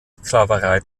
sklaverei